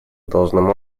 должным